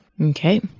Okay